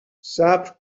صبر